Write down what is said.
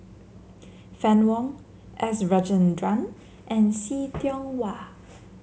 Fann Wong S Rajendran and See Tiong Wah